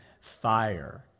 fire